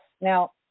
Now